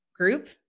group